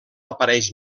apareix